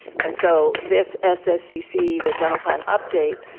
and so this sscc, the general plan update,